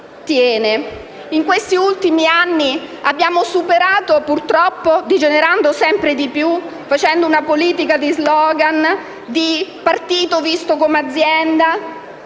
In questi ultimi anni siamo andati purtroppo degenerando sempre più, facendo una politica di *slogan*, di partito visto come azienda.